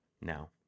Now